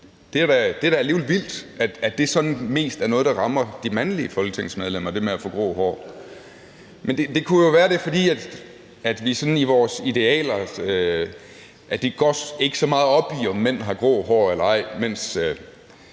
mest er noget, der rammer de mandlige folketingsmedlemmer. Men det kunne jo være, at det er, fordi vi sådan i vores idealer ikke går så meget op i, om mænd har grå hår eller ej, mens